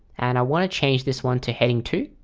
and i want to change this one to heading two,